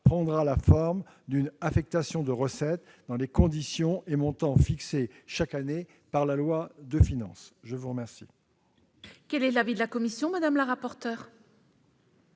prendra la forme d'une affectation de recettes dans des conditions et montants fixés chaque année par la loi de finances. Quel